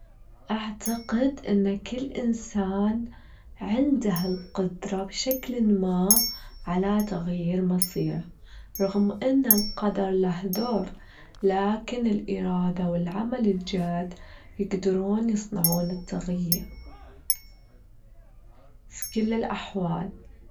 أعتقد أن كل إنسان عنده القدرة بشكل ما على تغيير مصيره، رغم أن القدر له دور، لكن الإرادة والعمل الجاد يجدرون يصنعون التغيير في كل الأحوال.